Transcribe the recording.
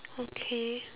okay